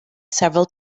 several